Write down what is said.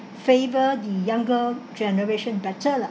favour the younger generation better lah